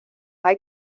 hay